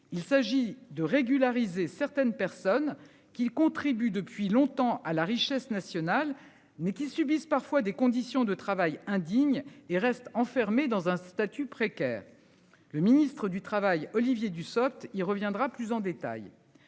Il s'agit de régulariser certaines personnes qui contribuent depuis longtemps à la richesse nationale n'qu'ils subissent parfois des conditions de travail indignes et reste enfermé dans un statut précaire. Le ministre du Travail Olivier Dussopt. Il reviendra plus en détail.